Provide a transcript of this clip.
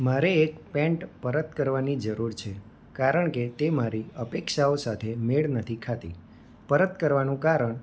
મારે એક પેન્ટ પરત કરવાની જરૂર છે કારણકે તે મારી અપેક્ષાઓ સાથે મેળ નથી ખાતી પરત કરવાનું કારણ